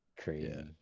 Crazy